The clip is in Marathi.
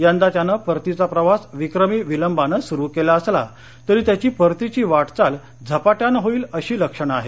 यंदा त्यान परतीचा प्रवास विक्रमी विलंबान सुरु केला असला तरी त्याची परतीची वाटचाल झपाट्यान होईल अशी लक्षण आहेत